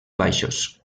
baixos